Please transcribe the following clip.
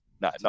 No